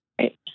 right